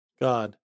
God